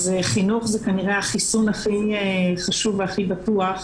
אז חינוך זה כנראה החיסון הכי חשוב והכי בטוח